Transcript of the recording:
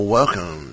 welcome